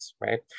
right